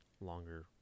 longer